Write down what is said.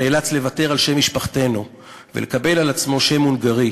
נאלץ לוותר על שם משפחתנו ולקבל על עצמו שם הונגרי,